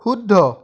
শুদ্ধ